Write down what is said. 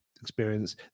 experience